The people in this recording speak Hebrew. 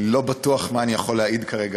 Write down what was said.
אני לא בטוח מה אני יכול להעיד כרגע